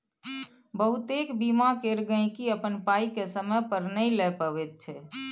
बहुतेक बीमा केर गहिंकी अपन पाइ केँ समय पर नहि लए पबैत छै